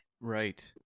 Right